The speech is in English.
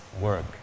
work